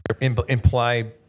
imply